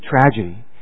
tragedy